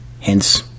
hence